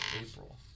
April